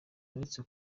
uretse